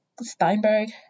Steinberg